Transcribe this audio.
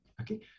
Okay